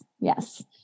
Yes